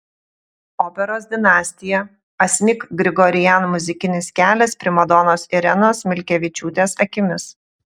operos dinastija asmik grigorian muzikinis kelias primadonos irenos milkevičiūtės akimis